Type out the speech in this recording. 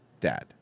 dad